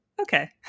Okay